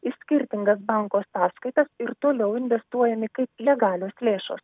į skirtingas banko sąskaitas ir toliau investuojami kaip legalios lėšos